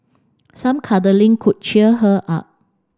some cuddling could cheer her up